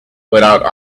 without